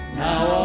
now